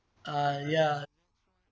ah ya